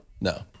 no